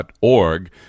org